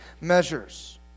measures